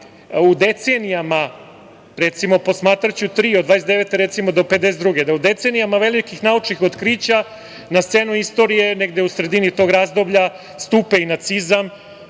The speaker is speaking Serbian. u decenijama, recimo, posmatraću tri od '29. do '52. da u decenijama velikih naučnih otkrića na scenu istorije negde u sredini tog razdoblja stupa i nacizam